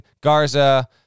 Garza